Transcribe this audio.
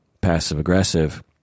passive-aggressive